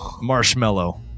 Marshmallow